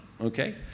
Okay